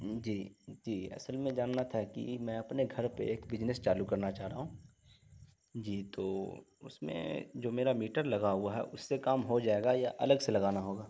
جی جی اصل میں جاننا تھا کہ میں اپنے گھر پہ ایک بجنس چالو کرنا چاہ رہا ہوں جی تو اس میں جو میرا میٹر لگا ہوا ہے اس سے کام ہو جائے گا یہ الگ سے لگانا ہوگا